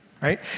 right